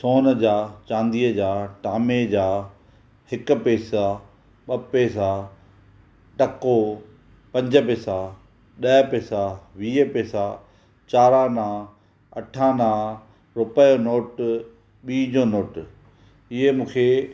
सोन जा चांदीअ जा तांबे जा हिकु पैसा ॿ पैसा टको पंज पैसा ॾह पैसा वीह पैसा चारि आना अठ आना रुपे नोट ॿीं जो नोट इहे मूंखे